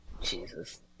Jesus